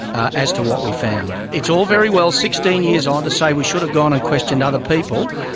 as to what we found. it's all very well, sixteen years on, to say we should have gone and questioned other people.